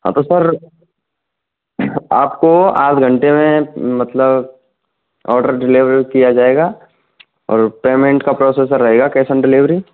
हाँ तो सर आपको आध घंटे में मतलब ऑर्डर डिलीवर किया जाएगा और पेमेंट का प्रोसेसर रहेगा कैस ऑन डिलीवेरी